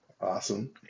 Awesome